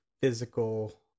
physical